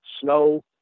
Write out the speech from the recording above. snow